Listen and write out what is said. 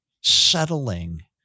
settling